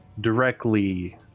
Directly